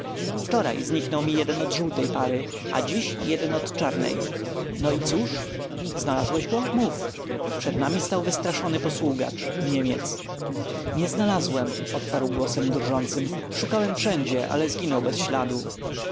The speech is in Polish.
wczoraj zniknął jeden od żółtej pary a dziś jeden od czarnej no i cóż znalazłeś go mów przed nami stał wystraszony posługacz niemiec nie znalazłem odparł głosem drżącym szukałem wszędzie ale zginął bez śladu